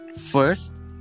first